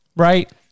Right